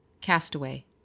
Castaway